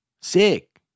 Sick